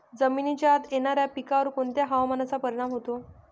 जमिनीच्या आत येणाऱ्या पिकांवर कोणत्या हवामानाचा परिणाम होतो?